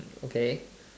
okay